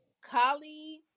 colleagues